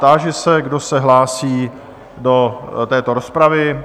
Táži se, kdo se hlásí do této rozpravy?